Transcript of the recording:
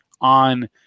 on